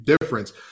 difference